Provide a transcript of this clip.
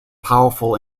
powerful